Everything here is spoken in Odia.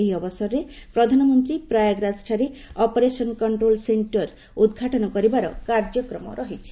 ଏହି ଅବସରରେ ପ୍ରଧାନମନ୍ତ୍ରୀ ପ୍ରୟାଗରାଜଠାରେ ଅପରେସନ୍ କଣ୍ଟ୍ରୋଲ୍ ସେଣ୍ଟର୍ ଉଦ୍ଘାଟନ କରିବାର କାର୍ଯ୍ୟକ୍ରମ ରହିଛି